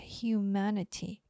humanity